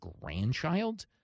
grandchild